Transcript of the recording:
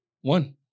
One